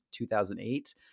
2008